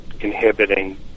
inhibiting